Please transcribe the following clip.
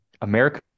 America